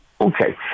Okay